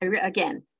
Again